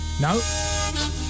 No